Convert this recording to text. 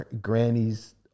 grannies